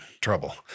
trouble